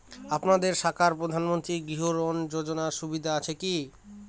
আপনাদের শাখায় প্রধানমন্ত্রী গৃহ ঋণ যোজনার সুবিধা আছে কি?